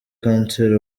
kanseri